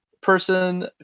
person